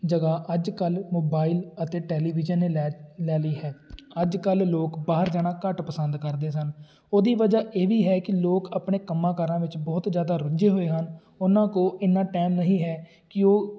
ਜਗ੍ਹਾ ਅੱਜ ਕੱਲ੍ਹ ਮੋਬਾਈਲ ਅਤੇ ਟੈਲੀਵਿਜ਼ਨ ਨੇ ਲੈ ਲੈ ਲਈ ਹੈ ਅੱਜ ਕੱਲ੍ਹ ਲੋਕ ਬਾਹਰ ਜਾਣਾ ਘੱਟ ਪਸੰਦ ਕਰਦੇ ਸਨ ਉਹਦੀ ਵਜ੍ਹਾ ਇਹ ਵੀ ਹੈ ਕਿ ਲੋਕ ਆਪਣੇ ਕੰਮਾਕਾਰਾਂ ਵਿੱਚ ਬਹੁਤ ਜ਼ਿਆਦਾ ਰੁੱਝੇ ਹੋਏ ਹਨ ਉਹਨਾਂ ਕੋਲ ਇੰਨਾਂ ਟਾਈਮ ਨਹੀਂ ਹੈ ਕਿ ਉਹ